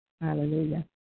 Hallelujah